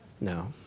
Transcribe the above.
No